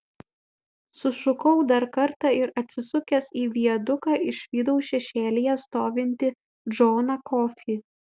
sušukau dar kartą ir atsisukęs į viaduką išvydau šešėlyje stovintį džoną kofį